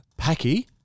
Paki